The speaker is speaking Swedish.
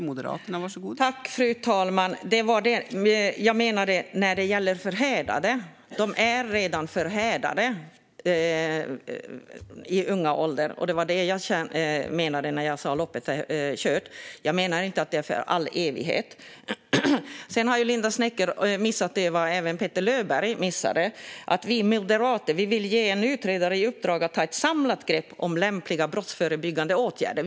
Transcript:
Fru talman! De är redan förhärdade i ung ålder, och det var det jag menade när jag sa att loppet är kört. Jag menade inte att det är för all evighet. Sedan har Linda Westerlund Snecker missat det som även Petter Löberg missade, nämligen att vi moderater vill ge en utredare i uppdrag att ta ett samlat grepp om lämpliga brottsförebyggande åtgärder.